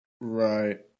right